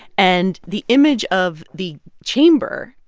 and the image of the chamber,